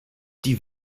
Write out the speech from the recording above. die